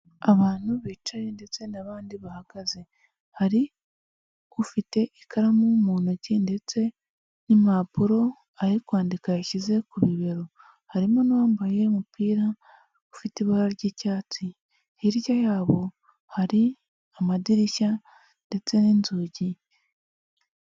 Abantu bicaye ndetse n'abandi bahagaze, hari ufite ikaramu mu ntoki ndetse n'impapuro ari kwandika yashyize ku bibero, harimo n'uwambaye umupira ufite ibara ry'icyatsi, hirya yabo hari amadirishya ndetse n'inzugi.